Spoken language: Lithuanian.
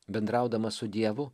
bendraudamas su dievu